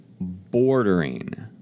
bordering